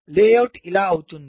layout ఇలా అవుతుంది